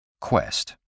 Quest